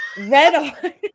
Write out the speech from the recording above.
red